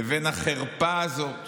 לבין החרפה הזאת